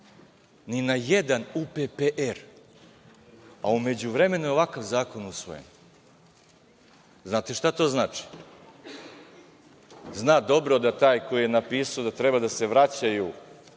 ni na jedan UPPR, a u međuvremenu je ovakav zakon usvojen. Znate li šta to znači? Zna dobro da taj koji je napisao da treba da se vraćaju,